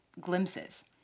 glimpses